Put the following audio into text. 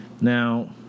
Now